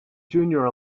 junior